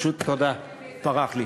פשוט פרח לי.